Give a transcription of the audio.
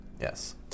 Yes